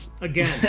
again